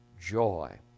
joy